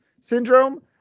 syndrome